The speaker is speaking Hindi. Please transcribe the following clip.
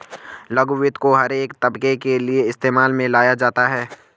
लघु वित्त को हर एक तबके के लिये इस्तेमाल में लाया जाता है